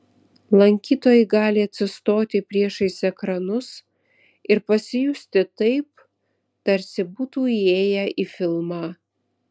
lankytojai gali atsistoti priešais ekranus ir pasijusti taip tarsi būtų įėję į filmą